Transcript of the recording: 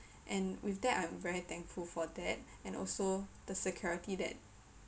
and with that I'm very thankful for that and also the security that